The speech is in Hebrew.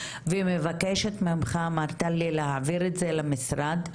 ומבקשת ממך מר תלי להעביר את זה למשרד,